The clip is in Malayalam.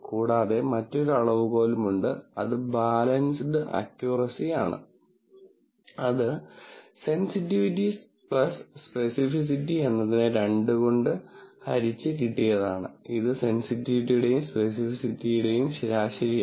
കൂടാതെ മറ്റൊരു അളവുകോലുമുണ്ട് അത് ബാലൻസ്ഡ് അക്ക്യൂറസി ആണ് അത് സെൻസിറ്റിവിറ്റി സ്പെസിഫിസിറ്റി എന്നതിനെ 2 കൊണ്ട് ഭരിച്ച കിട്ടിയതാണ് ഇത് സെൻസിറ്റിവിറ്റിയുടെയും സ്പെസിസിറ്റിയുടെയും ശരാശരിയാണ്